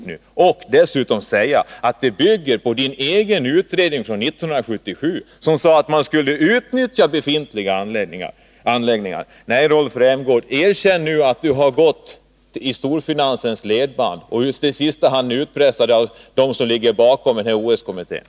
Och Rolf Rämgård säger dessutom att arrangemanget bygger på hans egen utredning från 1977 — enligt vilken man skulle utnyttja befintliga anläggningar. Nej, Rolf Rämgård får nu lov att erkänna att han har gått i storfinansens ledband och i sista hand är utpressad av dem som ligger bakom OS kommittén.